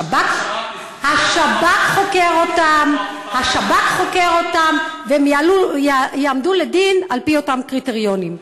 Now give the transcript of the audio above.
השב"כ חוקר אותם והם יעמדו לדין על-פי אותם קריטריונים.